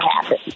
happen